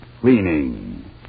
cleaning